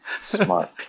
smart